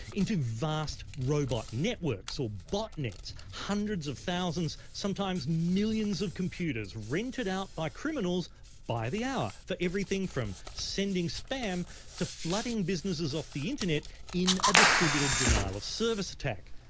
into vast robot networks or botnets hundreds of thousands, sometimes millions of computers, rented out by criminals by the hour, for everything from sending spam to flooding businesses off the internet is a distributed denial of service attack.